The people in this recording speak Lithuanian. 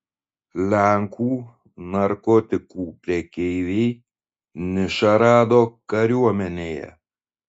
lenkų narkotikų prekeiviai nišą rado kariuomenėje